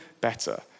better